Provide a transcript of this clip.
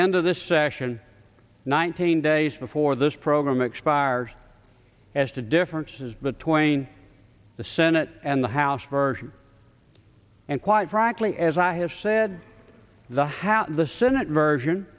end of this session nineteen days before this program expires as to differences between the senate and the house version and quite frankly as i have said the house the senate version